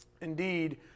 Indeed